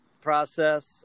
process